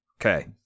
Okay